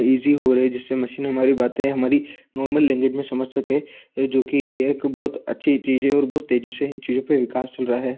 easy जो रहे जिससे मशीन हमारी बातें हमारी नॉर्मल लैंग्वेज में समझ सके जो कि एक बहुत अच्छी चीज़ है और बहुत तेज़ी से इन चीज़ों पर विकास चल रहा है